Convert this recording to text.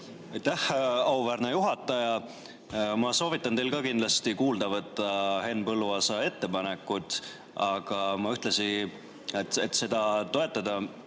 auväärne juhataja! Ma soovitan teil kindlasti kuulda võtta Henn Põlluaasa ettepanekut. Aga ma ühtlasi, et seda toetada,